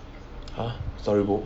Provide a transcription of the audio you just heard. !huh! storybook